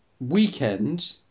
weekend